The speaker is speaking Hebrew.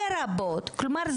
לרבות" כלומר,